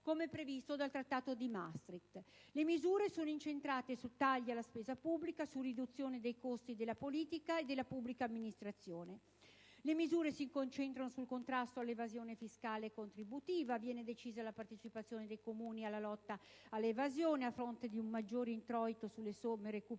come previsto dal Trattato di Maastricht. Le misure sono incentrate su tagli alla spesa pubblica, sulla riduzione dei costi della politica e della pubblica amministrazione. Dal lato delle entrate, le misure si concentrano sul contrasto all'evasione fiscale e contributiva. Viene decisa la partecipazione dei Comuni alla lotta all'evasione, a fronte di un maggiore introito sulle somme recuperate.